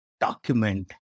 document